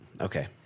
Okay